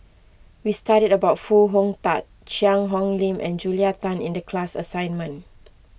we studied about Foo Hong Tatt Cheang Hong Lim and Julia Tan in the class assignment